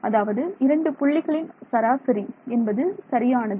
அதாவது இரண்டு புள்ளிகளின் சராசரி என்பது சரியானது